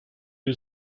you